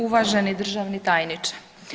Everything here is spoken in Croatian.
Uvaženi državni tajniče.